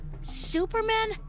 Superman